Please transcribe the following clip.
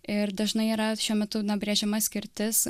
ir dažnai yra šiuo metu na brėžiama skirtis